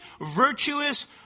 virtuous